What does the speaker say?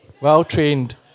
well-trained